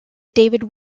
david